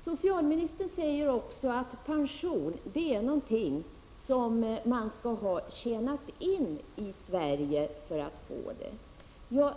Socialministern säger att pensionen är något som man skall ha tjänat in i Sverige för att få.